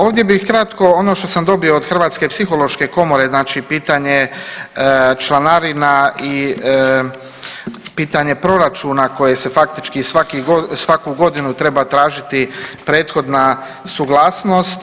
Ovdje bih kratko ono što sam dobio od Hrvatske psihološke komore znači pitanje članarina i pitanje proračuna koje se faktički svaku godinu treba tražiti prethodna suglasnost.